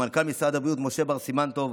למנכ"ל משרד הבריאות משה בר סימן טוב,